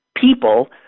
people